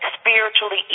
spiritually